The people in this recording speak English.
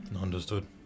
Understood